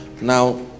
Now